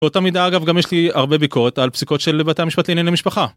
באותה מידה אגב גם יש לי הרבה ביקורת על פסיקות של בתי המשפט לעניין למשפחה.